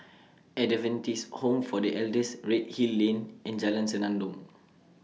Adventist Home For The Elders Redhill Lane and Jalan Senandong